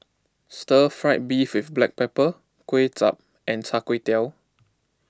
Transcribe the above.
Stir Fried Beef with Black Pepper Kuay Chap and Char Kway Teow